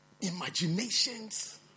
imaginations